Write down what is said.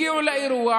הגיעו לאירוע,